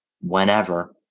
whenever